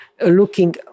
looking